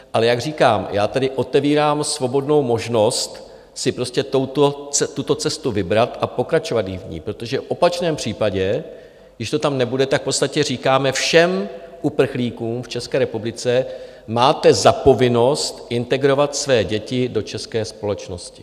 Ale jak říkám, já tedy otevírám svobodnou možnost si tuto cestu vybrat a pokračovat v ní, protože v opačném případě, když to tam nebude, v podstatě říkáme všem uprchlíkům v České republice: Máte za povinnost integrovat své děti do české společnosti.